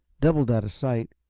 doubled out of sight,